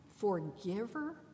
Forgiver